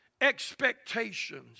expectations